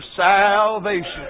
salvation